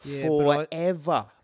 forever